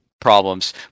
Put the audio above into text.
problems